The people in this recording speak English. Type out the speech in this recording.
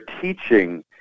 teaching